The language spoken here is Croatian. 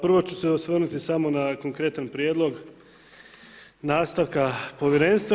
Pa prvo ću se osvrnuti samo na konkretan prijedlog nastavka povjerenstva.